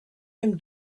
him